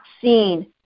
seen